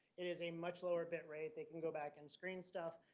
it is a much lower bit rate that can go back and screen stuff.